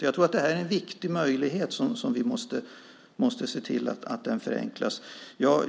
Jag tror att det är viktigt att vi ser till att den möjligheten förenklas.